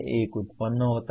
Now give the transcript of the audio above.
एक उत्पन्न होता है